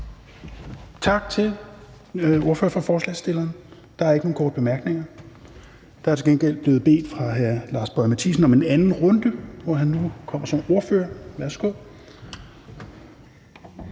Tak til ordføreren for forslagsstillerne. Der er ikke nogen korte bemærkninger. Der er til gengæld af hr. Lars Boje Mathiesen blevet bedt om en anden runde, hvor han nu kommer på som ordfører. Værsgo.